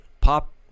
pop